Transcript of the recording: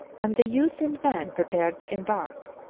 and the youth and man prepared to embark.